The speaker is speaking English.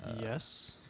Yes